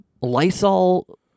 Lysol